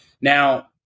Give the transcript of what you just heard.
Now